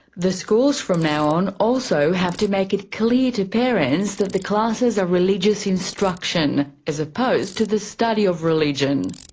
the schools from now on also have to make it clear to parents that the classes are religious instruction, as opposed to the study of religion.